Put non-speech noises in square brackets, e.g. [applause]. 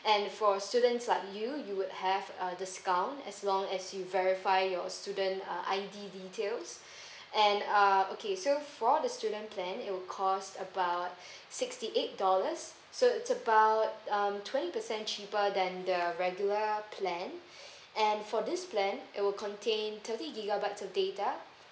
and for students like you you would have uh discount as long as you verify your student uh I_D details [breath] and uh okay so for all the student plan it will cost about [breath] sixty eight dollars so it's about um twenty percent cheaper than the regular plan [breath] and for this plan it will contain thirty gigabytes of data